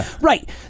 Right